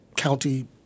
county